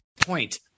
point